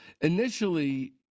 initially